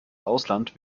ausland